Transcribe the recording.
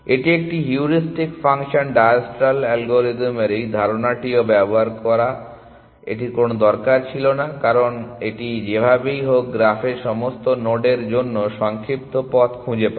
এটি একটি heuristic function ডায়াস্ট্রাল অ্যালগরিদমের এই ধারণাটিও ব্যবহার করে এটি করার দরকার ছিল না কারণ এটি যেভাবেই হোক গ্রাফের সমস্ত নোডের জন্য সংক্ষিপ্ত পথ খুঁজে পাবে